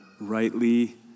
rightly